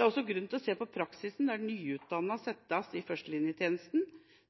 er også grunn til å se på praksisen med at nyutdannede settes i førstelinjetjenesten,